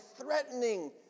threatening